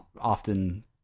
often